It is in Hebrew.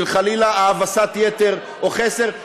חלילה בהאבסת יתר או חסר.